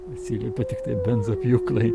atsiliepė tiktai benzopjūklai